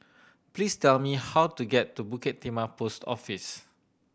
please tell me how to get to Bukit Timah Post Office